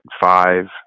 five